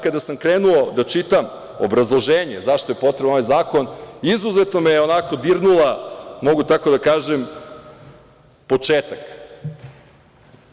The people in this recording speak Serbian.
Kada sam krenuo da čitam obrazloženje zašto je potreban ovaj zakon izuzetno me je dirnula, mogu tako da kažem, početak.